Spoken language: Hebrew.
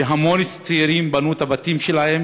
והמון צעירים בנו את הבתים שלהם